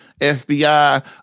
FBI